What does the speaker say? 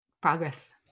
Progress